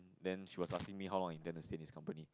then she was asking how long I intend to stay in this company